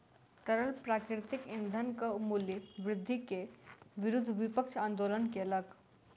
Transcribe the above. तरल प्राकृतिक ईंधनक मूल्य वृद्धि के विरुद्ध विपक्ष आंदोलन केलक